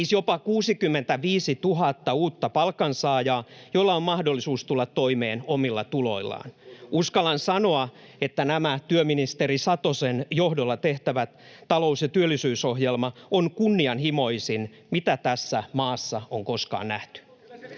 siis jopa 65 000 uutta palkansaajaa, joilla on mahdollisuus tulla toimeen omilla tuloillaan. Uskallan sanoa, että tämä työministeri Satosen johdolla tehtävä talous- ja työllisyysohjelma on kunnianhimoisin, mitä tässä maassa on koskaan nähty.